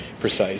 precise